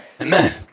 Amen